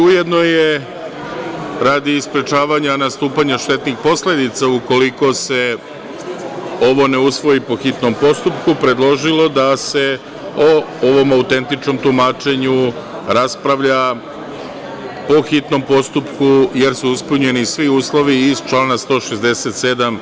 Ujedno je, radi sprečavanja nastupanja štetnih posledica ukoliko se ovo ne usvoji po hitnom postupku, predložio da se o ovom autentičnom tumačenju raspravlja po hitnom postupku, jer su ispunjeni svi uslovi iz član 167.